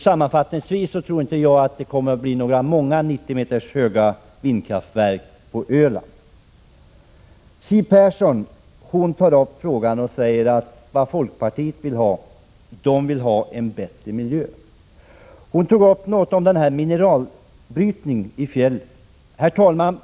Sammanfattningsvis tror jag inte att det kommer att bli många 90 m höga vindkraftverk på Öland. Siw Persson säger att vad folkpartiet vill ha är en bättre miljö. Hon kom också in på frågan om mineralbrytning i fjällen.